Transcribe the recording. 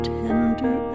tender